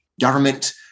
government